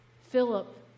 Philip